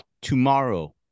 tomorrow